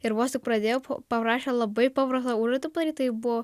ir vos tik pradėjau paprašė labai paprastą užduotį padaryt tai buvo